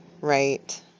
right